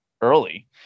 early